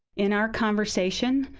in our conversation,